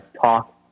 talk